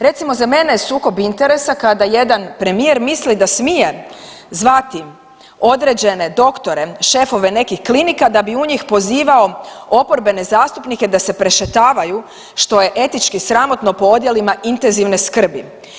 Recimo za mene je sukob interesa kada jedan premijer misli da smije zvati određene doktore šefove nekih klinika da bi u njih pozivao oporbene zastupnike da se prešetavaju što je etički sramotno po odjelima intenzivne skrbi.